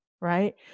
right